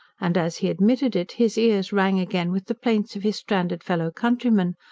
and, as he admitted it, his ears rang again with the plaints of his stranded fellow-countryman,